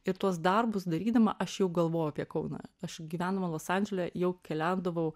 ir tuos darbus darydama aš jau galvojau apie kauną aš gyvendama los andžele jau keliaudavau